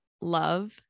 love